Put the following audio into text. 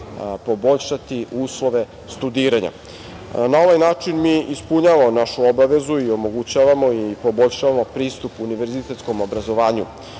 poboljšati uslove studiranja. Na ovaj način mi ispunjavamo našu obavezu i omogućavamo i poboljšavamo pristup univerzitetskom obrazovanju